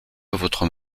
votre